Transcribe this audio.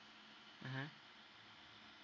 mmhmm